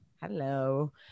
Hello